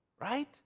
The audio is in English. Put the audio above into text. right